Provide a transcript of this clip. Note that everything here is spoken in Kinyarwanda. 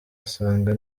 asanga